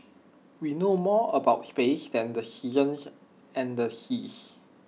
we know more about space than the seasons and the seas